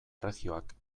erregioak